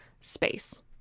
space